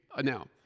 Now